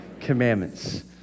commandments